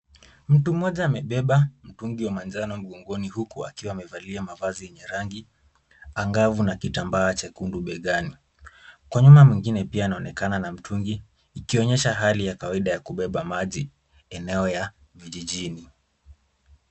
Mtu mmoja amebeba mtungi wa manjano mgongoni huku akiwa amevalia mavazi yenye rangi angavu na kitambaa chekundu begani. Kwa nyuma mwingine pia anaonekana na mtungi, ikionyesha hali ya kawaida ya kubeba maji eneo ya vijijini.